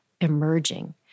emerging